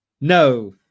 No